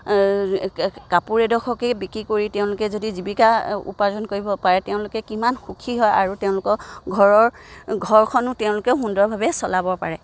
কাপোৰ এডখৰকে বিক্ৰী কৰি তেওঁলোকে যদি জীৱিকা উপাৰ্জন কৰিব পাৰে তেওঁলোকে কিমান সুখী হয় আৰু তেওঁলোকৰ ঘৰৰ ঘৰখনো তেওঁলোকে সুন্দৰভাৱে চলাব পাৰে